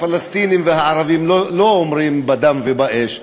הפלסטינים והערבים לא אומרים "בדם ובאש",